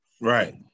Right